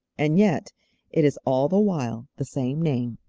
and yet it is all the while the same name.